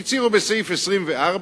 הם הצהירו בסעיף 24: